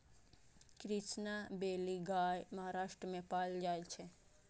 Krishna valley गाय महाराष्ट्र मे पाएल जाइ छै